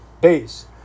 Base